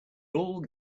all